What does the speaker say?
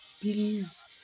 Please